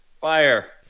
fire